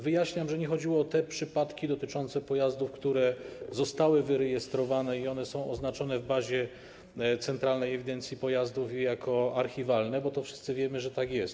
Wyjaśniam, że nie chodziło o przypadki dotyczące pojazdów, które zostały wyrejestrowane i są oznaczone w bazie centralnej ewidencji pojazdów jako archiwalne, bo wszyscy wiemy, że tak jest.